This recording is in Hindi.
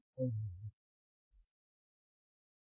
अलविदा